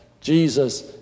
Jesus